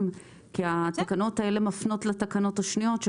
כי התקנות האלה מפנות לתקנות השניות.